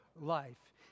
Life